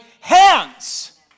hands